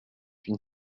une